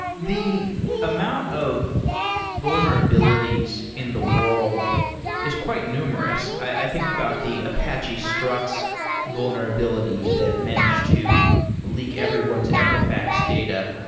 the amount of vulnerabilities in the world is quite numerous. i think about the apache struts vulnerability that managed to leak everyone's equifax data.